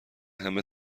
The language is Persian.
همه